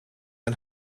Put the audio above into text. een